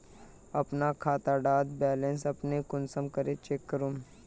अपना खाता डार बैलेंस अपने कुंसम करे चेक करूम?